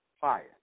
fire